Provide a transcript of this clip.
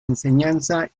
enseñanza